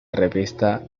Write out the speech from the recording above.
revista